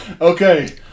Okay